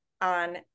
on